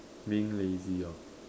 being lazy hor